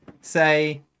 Say